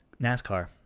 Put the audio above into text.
NASCAR